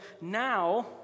now